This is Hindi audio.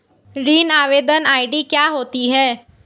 ऋण आवेदन आई.डी क्या होती है?